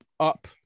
Up